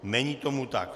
Není tomu tak.